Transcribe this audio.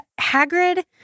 Hagrid